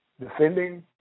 defending